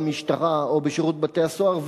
במשטרה או בשירות בתי-הסוהר,